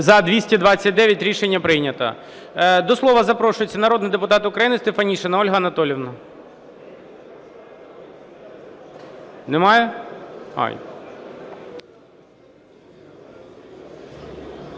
За-229 Рішення прийнято. До слова запрошується народний депутат України Стефанишина Ольга Анатолівна. Немає?